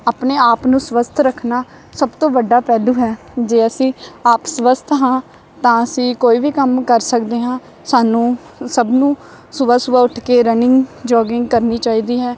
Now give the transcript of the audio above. ਆਪਣੇ ਆਪ ਨੂੰ ਸਵੱਸਥ ਰੱਖਣਾ ਸਭ ਤੋਂ ਵੱਡਾ ਪਹਿਲੂ ਹੈ ਜੇ ਅਸੀਂ ਆਪ ਸਵੱਸਥ ਹਾਂ ਤਾਂ ਅਸੀਂ ਕੋਈ ਵੀ ਕੰਮ ਕਰ ਸਕਦੇ ਹਾਂ ਸਾਨੂੰ ਸਭ ਨੂੰ ਸੁਬਾਹ ਸੁਬਾਹ ਉੱਠ ਕੇ ਰਨਿੰਗ ਜੋਗਿੰਗ ਕਰਨੀ ਚਾਹੀਦੀ ਹੈ